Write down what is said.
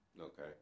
Okay